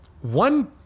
One